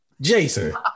Jason